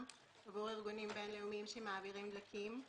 עבור ארגונים בינלאומיים שמעבירים דלקים.